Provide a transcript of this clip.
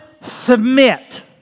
submit